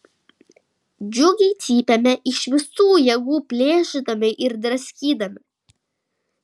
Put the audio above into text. džiugiai cypėme iš visų jėgų plėšydami ir draskydami